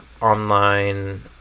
online